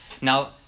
Now